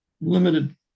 limited